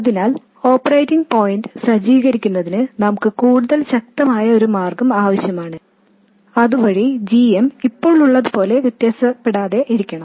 അതിനാൽ operating point സജ്ജീകരിക്കുന്നതിന് നമുക്ക് കൂടുതൽ ശക്തമായ ഒരു മാർഗം ആവശ്യമാണ് അതുവഴി g m ഇപ്പോൾ ഉള്ളതുപോലെ വ്യത്യാസപ്പെടാതിരിക്കണം